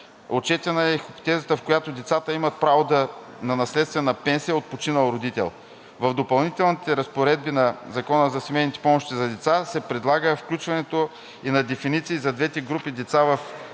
Отчетена е и хипотезата, в която децата имат право на наследствена пенсия от починал родител. В Допълнителните разпоредби на Закона за семейните помощи за деца се предлага включването и на дефиниции за двете групи деца в зависимост